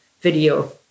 video